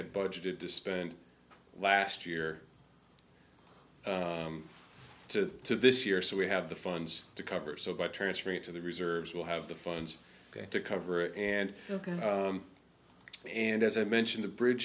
had budgeted to spend last year to this year so we have the funds to cover so by transferring it to the reserves will have the funds to cover and and as i mentioned the br